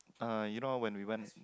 uh you know when we went